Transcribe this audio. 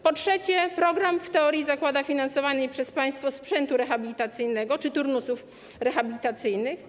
Po trzecie, program w teorii zakłada finansowanie przez państwo sprzętu rehabilitacyjnego czy turnusów rehabilitacyjnych.